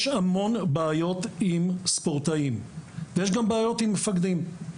יש המון בעיות עם ספורטאים ויש גם בעיות עם מפקדים.